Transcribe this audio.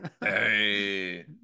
Hey